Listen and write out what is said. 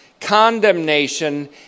condemnation